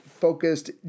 focused